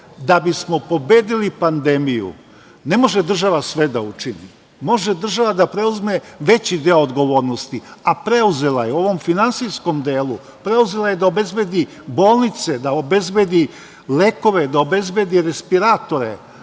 Da bismo pobedili pandemiju ne može država sve da učini, može država da preuzme veći deo odgovornosti, a preuzela je u ovom finansijskom delu, preuzela je da obezbedi bolnice, da obezbedi lekove, da obezbedi respiratore,